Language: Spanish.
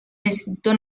instituto